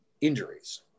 injuries